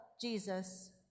Jesus